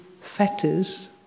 fetters